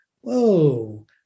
whoa